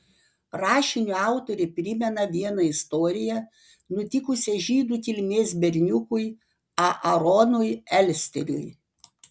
rašinio autorė primena vieną istoriją nutikusią žydų kilmės berniukui aaronui elsteriui